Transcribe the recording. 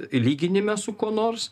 lyginime su kuo nors